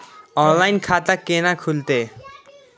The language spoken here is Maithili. ऑनलाइन खाता केना खुलते?